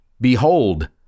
Behold